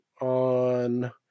on